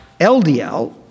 LDL